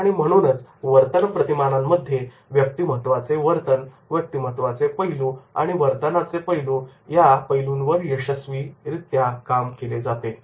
आणि म्हणूनच वर्तन प्रतिमानांमध्ये व्यक्तिमत्त्वाचे पैलू व वर्तनाचे पैलू या दोन पैलूंवर यशस्वीरित्या काम केले जाते